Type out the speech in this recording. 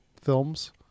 films